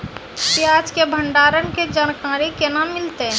प्याज के भंडारण के जानकारी केना मिलतै?